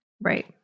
Right